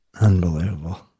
Unbelievable